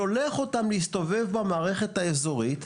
אבל אתה שולח אותם להסתובב במערכת האזורית.